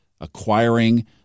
acquiring